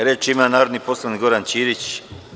Reč ima narodni poslanik Goran Ćirić.